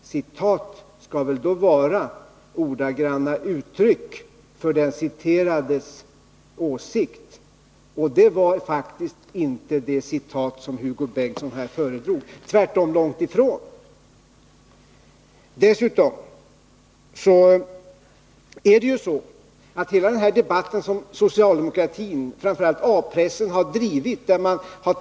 Citat skall vara ordagranna uttryck för den citerades åsikt, och det var faktiskt inte det citat som Hugo Bengtsson här föredrog. Tvärtom var det långt ifrån fallet. Dessutom är det så att hela den här debatten som socialdemokratin, framför allt A-pressen, har drivit har varit till skada.